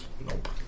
Nope